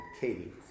Katie